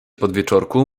podwieczorku